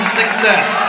success